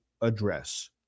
address